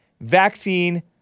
vaccine